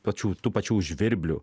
pačių tų pačių žvirblių